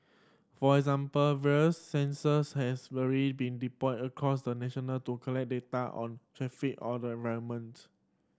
for example various sensors has already been deployed across the nation to collect data on traffic or the